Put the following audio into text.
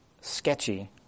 sketchy